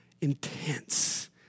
intense